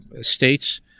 states